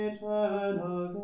Eternal